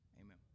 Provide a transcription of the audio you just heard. Amen